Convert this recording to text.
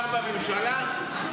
שר בממשלה,